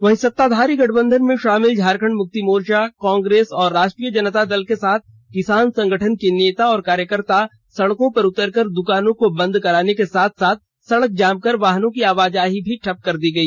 वहीं सत्ताधारी गठबंधन में शामिल झारखंड मुक्ति मोर्चा कांग्रेस और राष्ट्रीय जनता दल के साथ किसान संगठन के नेता और कार्यकर्ता सड़कों पर उतकर द्कानों को बंद कराने के साथ साथ सडक जाम कर वाहनों की आवाजाही भी ठप कर दी गई